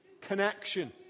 connection